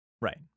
right